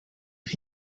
but